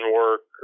work